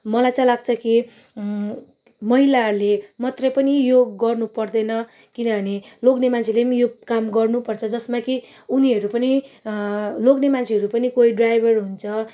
मलाई लाग्छ कि महिलाहरूले मात्रै पनि यो गर्नुपर्दैन किनभने लोग्ने मान्छेले नि यो काम गर्नुपर्छ जसमा कि उनीहरू पनि लोग्ने मान्छेहरू पनि कोही ड्राइभर हुन्छ